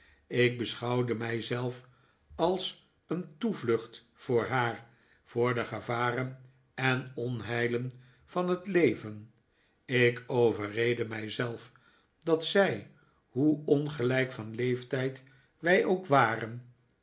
ik beschouwde mij zelf als een toevlucht voor haar voor de gevaren en onheilen van het leven ik overreedde mij zelf dat zij hoe ongelijk van leeftijd wij ook waren